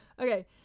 okay